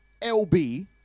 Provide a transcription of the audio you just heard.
LB